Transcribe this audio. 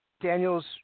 Daniel's